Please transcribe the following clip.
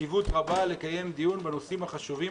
חשיבות רבה לקיים דיון בנושאים החשובים